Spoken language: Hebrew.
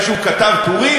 כשהוא כתב טורים?